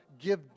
give